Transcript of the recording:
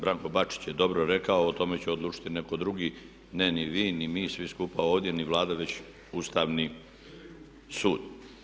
Branko Bačić je dobro rekao, o tome će odlučiti netko drugi, ne ni vi, ni mi, svi skupa ovdje, ni Vlada već Ustavni sud.